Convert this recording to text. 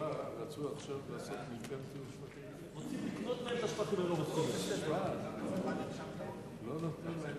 ההצעה להעביר את הנושא לוועדה שתקבע ועדת הכנסת נתקבלה.